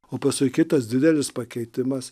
o paskui kitas didelis pakeitimas